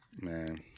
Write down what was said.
Man